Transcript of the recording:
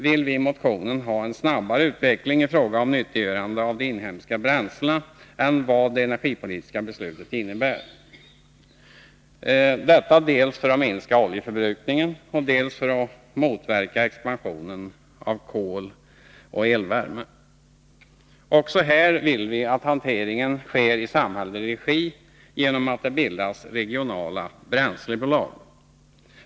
I motionen förordar vi en snabbare utveckling i fråga om nyttiggörande av de inhemska bränslena än vad det energipolitiska beslutet innebär, detta dels för att minska oljeförbrukningen, dels för att motverka expansionen av kol och elvärme. Också här vill vi att hanteringen sker i samhällelig regi genom att det bildas regionala bränslebolag.